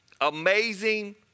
amazing